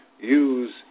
use